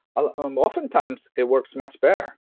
ah um oftentimes it works much better.